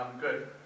Good